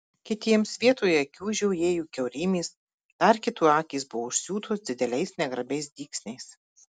kitiems vietoje akių žiojėjo kiaurymės dar kitų akys buvo užsiūtos dideliais negrabiais dygsniais